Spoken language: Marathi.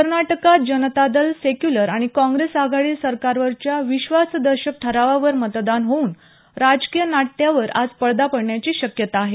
कर्नाटकात जनतादल सेक्यूलर आणि काँग्रेस आघाडी सरकारवरच्या विश्वासदर्शक ठरावावर मतदान होऊन राजकीय नाट्यावर आज पडदा पडण्याची शक्यता आहे